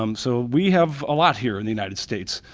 um so we have a lot here in the united states.